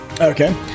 Okay